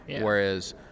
Whereas